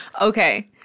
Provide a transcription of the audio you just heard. Okay